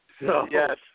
Yes